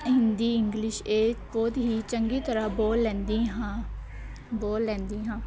Hindi English ਇਹ ਬਹੁਤ ਹੀ ਚੰਗੀ ਤਰ੍ਹਾਂ ਬੋਲ ਲੈਂਦੀ ਹਾਂ ਬੋਲ ਲੈਂਦੀ ਹਾਂ